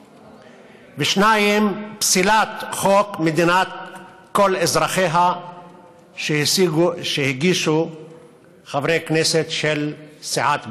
2. פסילת חוק מדינת כל אזרחיה שהגישו חברי הכנסת של סיעת בל"ד,